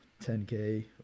10K